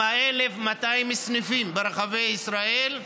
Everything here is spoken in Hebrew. עם 1,200 סניפים ברחבי ישראל.